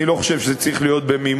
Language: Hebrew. אני לא חושב שזה צריך להיות במימון,